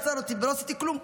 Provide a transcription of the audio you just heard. עצר אותי ולא עשיתי כלום.